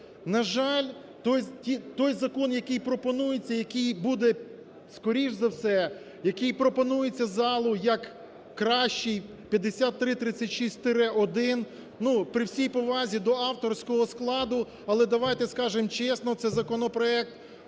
На жаль, той закон, який пропонується, який буде, скоріш за все, який пропонується залу як кращий, 5336-1. Ну при всій повазі до авторського складу, але давайте скажемо чесно, це законопроект